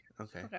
Okay